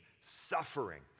suffering